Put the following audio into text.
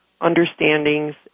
understandings